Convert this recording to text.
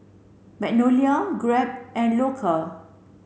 Magnolia Grab and Loacker